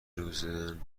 روزناستین